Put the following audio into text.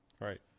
Right